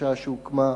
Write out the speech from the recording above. החדשה שהוקמה,